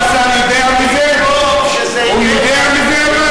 במקום שזה ילך, וסגן השר יודע מזה?